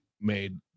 made